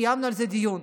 קיימנו על זה דיון.